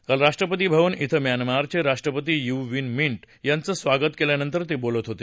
काल राष्ट्रपतीभवन इथं म्यानमारचे राष्ट्रपती यु वीन मिंट यांचं स्वागत केल्या नंतर ते बोलत होते